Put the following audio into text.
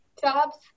jobs